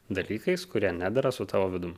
dalykais kurie nedera su tavo vidum